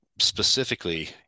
specifically